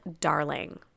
Darling